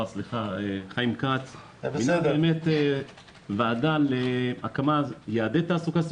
חיים כץ הקים ועדה להקמת יעדי תעסוקה,